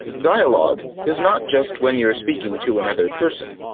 dialog is not just when you're speaking to another person.